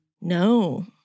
No